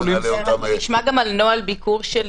אנחנו נשמע גם על נוהל ביקור של